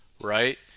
right